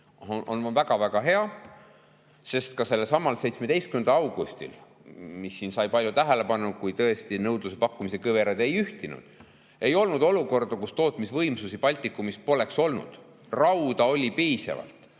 on väga-väga hea. Ka 17. augustil, mis sai palju tähelepanu, kui tõesti nõudluse ja pakkumise kõverad ei ühtinud, ei olnud olukorda, kus tootmisvõimsust Baltikumis poleks olnud. Rauda oli piisavalt.